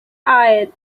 eyed